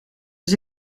dus